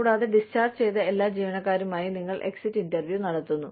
കൂടാതെ ഡിസ്ചാർജ് ചെയ്ത എല്ലാ ജീവനക്കാരുമായും നിങ്ങൾ എക്സിറ്റ് ഇന്റർവ്യൂ നടത്തുന്നു